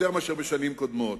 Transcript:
יותר מאשר בשנים קודמות: